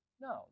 no